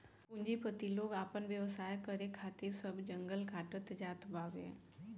पूंजीपति लोग आपन व्यवसाय करे खातिर सब जंगल काटत जात बावे